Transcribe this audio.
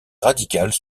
radicales